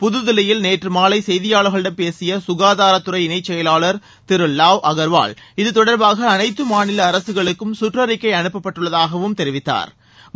புதுதில்லியில் நேற்று மாலை செய்தியாளர்களிடம் பேசிய சுனதாரத்துறை இணை செயலாளர் திரு லாவ் அகர்வால் இத்தொடர்பாக அனைத்து மாநில அரசுகளுக்கும் சுற்றறிக்கை அனுப்பப்பட்டுள்ளதாகவும் தெரிவித்தாா்